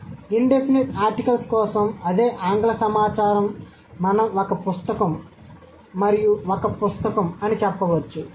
కాబట్టి indefinite articles కోసం అదే ఆంగ్ల సమాచారం మనం ఒక పుస్తకం మరియు ఒక పుస్తకం అని చెప్పవచ్చు